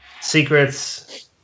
secrets